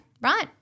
right